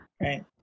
Right